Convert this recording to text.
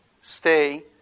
Stay